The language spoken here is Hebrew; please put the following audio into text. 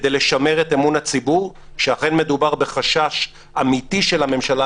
כדי לשמר את אמון הציבור שאכן מדובר בחשש אמיתי של הממשלה,